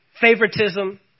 favoritism